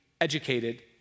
educated